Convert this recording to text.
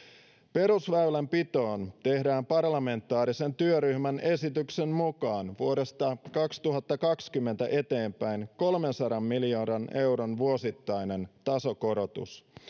perusväylänpitoon tehdään parlamentaarisen työryhmän esityksen mukaan vuodesta kaksituhattakaksikymmentä eteenpäin kolmensadan miljoonan euron vuosittainen tasokorotus